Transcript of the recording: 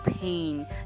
pain